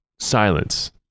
Silence